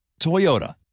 Toyota